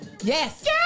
Yes